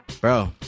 bro